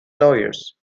lawyers